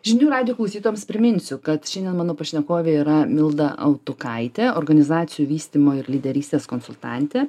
žinių radijo klausytojams priminsiu kad šiandien mano pašnekovė yra milda autukaitė organizacijų vystymo ir lyderystės konsultantė